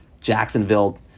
Jacksonville